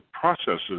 processes